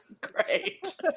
Great